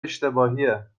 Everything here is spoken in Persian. اشتباهیه